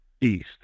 east